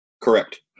Correct